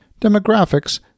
Demographics